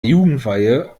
jugendweihe